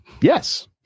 yes